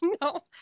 No